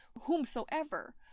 whomsoever